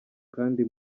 kandi